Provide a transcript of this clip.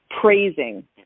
praising